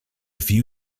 few